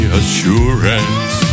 assurance